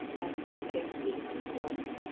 and soup takes meat, of course.